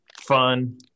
fun